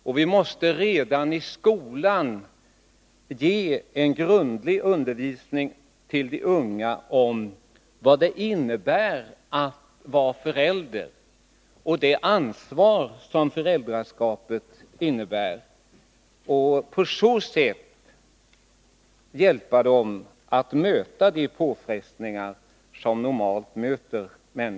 De unga måste redan i skolan få en grundlig undervisning om vad det innebär att vara förälder och det ansvar som föräldraskapet för med sig. På så sätt kan vi hjälpa unga människor att klara av de påfrestningar som normalt möter dem.